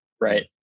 Right